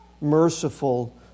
merciful